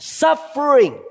suffering